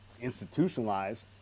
institutionalized